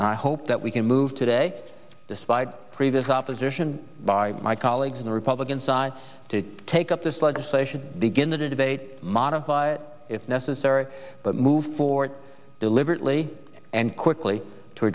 i hope that we can move today despite previous opposition by colleagues on the republican side to take up this legislation begin the debate modify if necessary move forward deliberately and quickly to